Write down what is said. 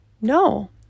No